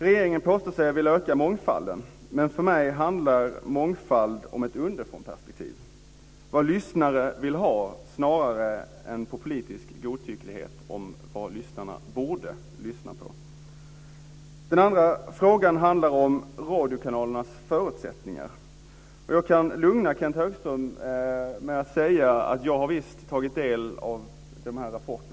Regeringen påstår sig vilja öka mångfalden, men för mig handlar mångfald om ett underifrånperspektiv, om vad lyssnare vill ha snarare än om politiskt godtycke om vad lyssnarna borde lyssna på. Den andra frågan handlar om radiokanalernas förutsättningar. Jag kan lugna Kenth Högström med att jag visst har tagit del av de rapporter som han nämnde.